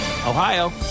Ohio